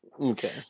okay